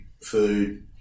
food